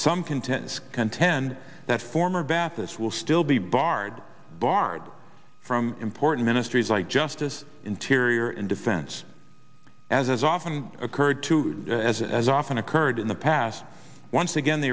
some contents contend that former baptists will still be barred barred from important ministries like justice interior and defense as is often occurred to as as often occurred in the past once again the